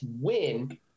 win –